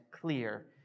clear